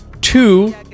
TWO